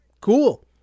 cool